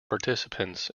participants